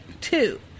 Two